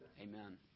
Amen